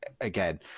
Again